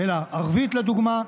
אלא ערבית, לדוגמה,